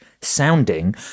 sounding –